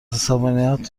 عصبانیت